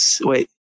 wait